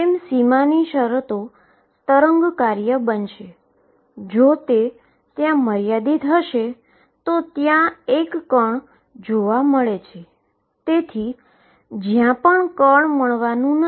તેમાં લઘુત્તમ સંખ્યા અથવા સૌથી મોટી સંભવિત વેવલેન્થ છે અને તેથી તે ખરેખર લોએસ્ટ એનર્જી પ્રણાલી છે